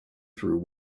through